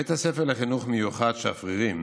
בית הספר לחינוך מיוחד שפרירים